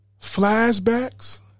flashbacks